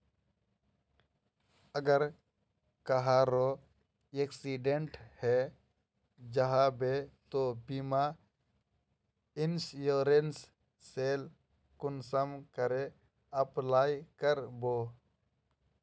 अगर कहारो एक्सीडेंट है जाहा बे तो बीमा इंश्योरेंस सेल कुंसम करे अप्लाई कर बो?